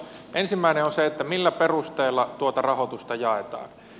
ensimmäinen on se että millä perusteella tuota rahoitusta jaetaan